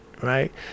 right